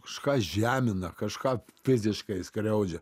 kažką žemina kažką fiziškai skriaudžia